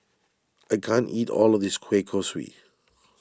I can't eat all of this Kueh Kosui